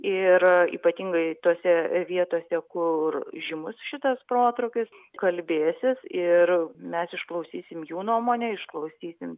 ir ypatingai tose vietose kur žymus šitas protrūkis kalbėsis ir mes išklausysim jų nuomonę išklausysim